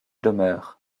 demeure